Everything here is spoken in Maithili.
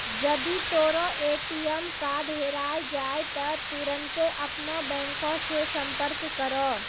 जदि तोरो ए.टी.एम कार्ड हेराय जाय त तुरन्ते अपनो बैंको से संपर्क करो